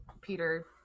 Peter